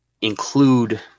include